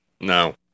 No